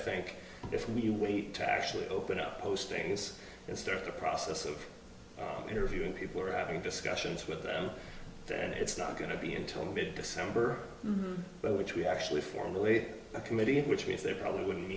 think if we you wait to actually open up postings and start the process of interviewing people are having discussions with them there and it's not going to be until mid december which we actually formulate a committee which means there probably wouldn't